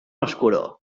oscuro